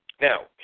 Now